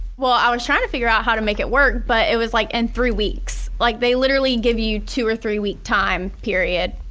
well i was trying to figure out how to make it work but it was like in three weeks. like they literally give you two or three week time period.